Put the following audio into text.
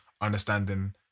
understanding